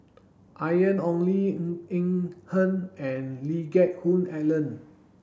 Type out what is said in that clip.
Ian Ong Li Ng Eng Hen and Lee Geck Hoon Ellen